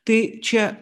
tai čia